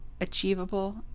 achievable